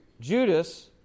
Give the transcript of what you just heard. Judas